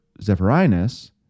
Zephyrinus